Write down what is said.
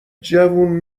جوون